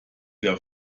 der